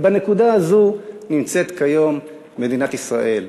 בנקודה הזאת נמצאת כיום מדינת ישראל.